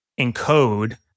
encode